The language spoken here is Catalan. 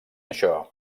això